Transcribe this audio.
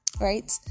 right